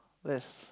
let's